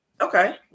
okay